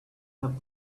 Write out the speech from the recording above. have